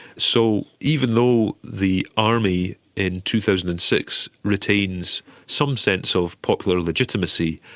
so even though the army in two thousand and six retains some sense of popular legitimacy,